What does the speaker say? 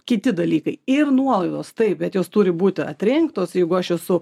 kiti dalykai ir nuolaidos taip bet jos turi būti atrinktos jeigu aš esu